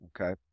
Okay